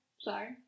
sorry